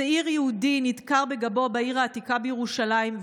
צעיר יהודי נדקר בגבו בעיר העתיקה בירושלים,